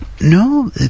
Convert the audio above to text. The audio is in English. no